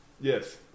yes